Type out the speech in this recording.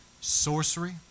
Sorcery